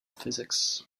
physics